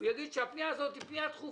שמדובר בפנייה דחופה